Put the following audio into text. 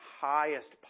highest